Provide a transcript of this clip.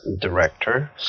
director